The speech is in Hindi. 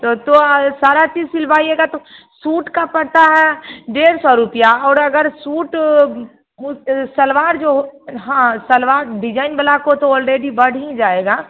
तो तो सारा चीज सिलवाइएगा तो सूट का पड़ता है डेढ़ सौ रुपया और अगर सूट सलवार जो हो हाँ सलवार डिजाइन वाला को तो ऑलरेडी बढ़ ही जाएगा